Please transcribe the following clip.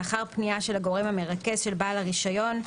לאחר פנייה של הגורם המרכז של בעל הרישיון,